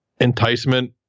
enticement